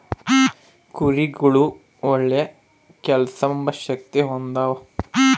ಕುರಿಗುಳು ಒಳ್ಳೆ ಕೇಳ್ಸೆಂಬ ಶಕ್ತಿ ಹೊಂದ್ಯಾವ